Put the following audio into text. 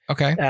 Okay